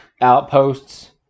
outposts